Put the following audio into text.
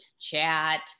chat